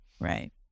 Right